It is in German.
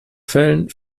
fällen